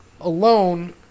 alone